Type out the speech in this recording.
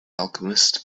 alchemist